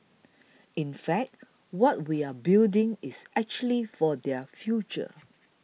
in fact what we are building is actually for their future